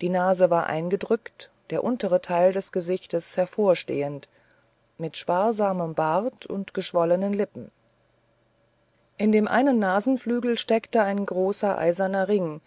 die nase war eingedrückt der untere teil des gesichtes hervorstehend mit sparsamem bart und geschwollenen lippen in dem einen nasenflügel steckte ein großer eiserner ring